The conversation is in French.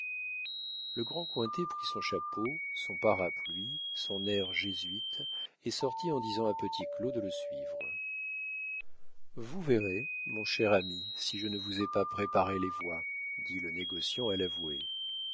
le grand cointet prit son chapeau son parapluie son air jésuite et sortit en disant à petit claud de le suivre vous verrez mon cher ami si je ne vous ai pas préparé les voies dit le négociant à l'avoué